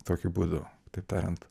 tokiu būdu taip tariant